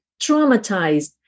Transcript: traumatized